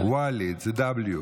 זה w?